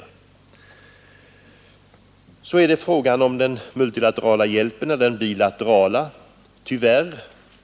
Tyvärr är 90 procent av hjälpen till u-länderna bilateral.